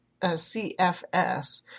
CFS